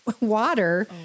water